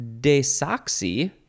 desoxy